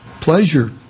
pleasure